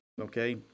okay